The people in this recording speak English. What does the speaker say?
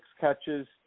catches